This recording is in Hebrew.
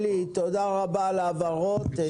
אלי, תודה רבה על ההבהרות.